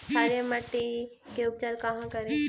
क्षारीय मिट्टी के उपचार कहा करी?